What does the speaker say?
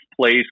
place